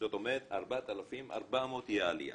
זאת אומרת 4,400 היא העלייה,